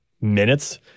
minutes